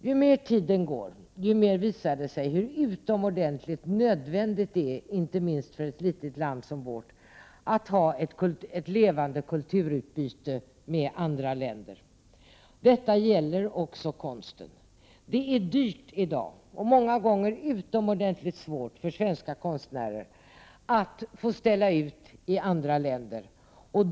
Ju mer tiden går, desto mer visar det sig hur utomordentligt nödvändigt det är, inte minst för ett litet land som vårt, att ha ett levande kulturutbyte med andra länder. Detta gäller också konsten. Det är i dag dyrt, och många gånger utomordentligt svårt för svenska konstnärer att få ställa ut i andra länder.